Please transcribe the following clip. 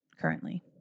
currently